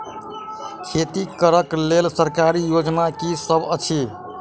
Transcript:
खेती करै लेल सरकारी योजना की सब अछि?